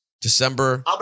December